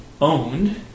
owned